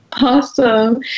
Awesome